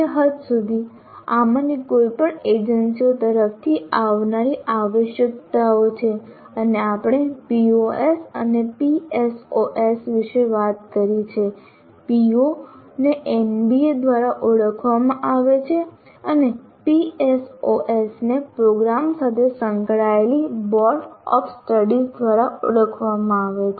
તે હદ સુધી આમાંની કોઈપણ એજન્સીઓ તરફથી આવનારી આવશ્યકતાઓ છે અને આપણે POs અને PSOs વિશે વાત કરી છે PO ને NBA દ્વારા ઓળખવામાં આવે છે અને PSOs ને પ્રોગ્રામ સાથે સંકળાયેલા બોર્ડ ઓફ સ્ટડીઝ દ્વારા ઓળખવામાં આવે છે